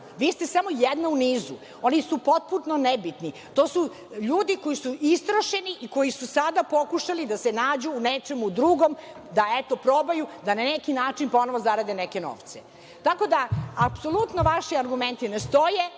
vi ste samo jedna u nizu. Oni su potpuno nebitni. To su ljudi koji su istrošeni i koji su sada pokušali da se nađu u nečemu drugom, da eto probaju da na neki način ponovo zarade neke novce. Tako da apsolutno vaši argumenti ne stoje,